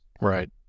right